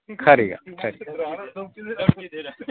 खरी खरी